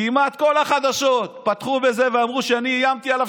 כמעט כל החדשות פתחו בזה ואמרו שאני איימתי עליו,